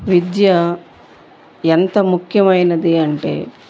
విద్య ఎంత ముఖ్యమైనది అంటే